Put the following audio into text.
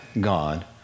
God